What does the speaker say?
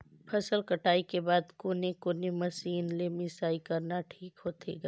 फसल कटाई के बाद कोने कोने मशीन ले मिसाई करना ठीक होथे ग?